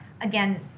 again